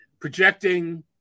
projecting